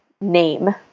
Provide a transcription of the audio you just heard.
name